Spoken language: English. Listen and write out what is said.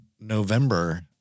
November